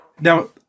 Now